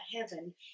heaven